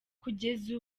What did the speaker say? kugeza